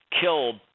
killed